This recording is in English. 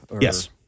Yes